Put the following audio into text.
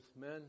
men